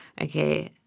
Okay